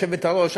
היושבת-ראש,